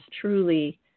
truly